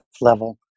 level